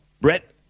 Brett